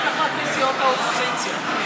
רק אחת מסיעות האופוזיציה.